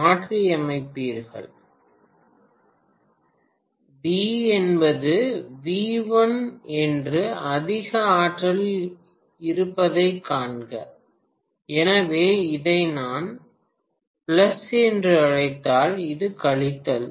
மாணவர் 4457 பேராசிரியர் பி என்பது வி 1 என்று அதிக ஆற்றலில் இருப்பதைக் காண்க எனவே இதை நான் பிளஸ் என்று அழைத்தால் இது கழித்தல்